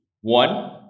one